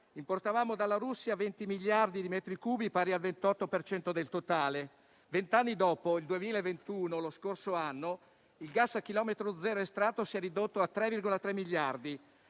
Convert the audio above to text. Importavamo dalla Russia 20 miliardi di metri cubi, pari al 28 per cento del totale. Vent'anni dopo, nel 2021, lo scorso anno, il gas a chilometro zero estratto si è ridotto a 3,3 miliardi,